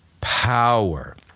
power